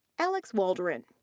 alex waldron.